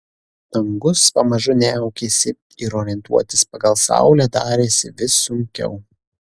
dangus pamažu niaukėsi ir orientuotis pagal saulę darėsi vis sunkiau